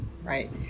right